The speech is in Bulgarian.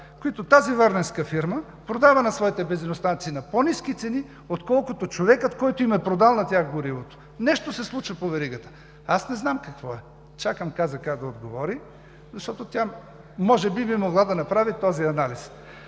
които тази Варненска фирма продава на своите бензиностанции на по-ниски цени, отколкото човекът, който им е продал на тях горивото. Нещо се случва по веригата. Аз не знам какво е. Чакам КЗК да отговори, защото тя може би би могла да направи този анализ.